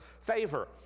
favor